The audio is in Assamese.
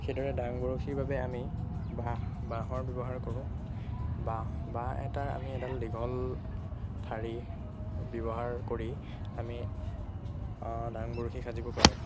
সেইদৰে ডাং বৰশীৰ বাবে আমি বাঁহ বাঁহৰ ব্যৱহাৰ কৰোঁ বাঁহ বাঁহ এটা আমি এডাল দীঘল ঠাৰি ব্যৱহাৰ কৰি আমি ডাং বৰশী সাজিব পাৰোঁ